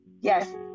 yes